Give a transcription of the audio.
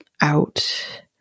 out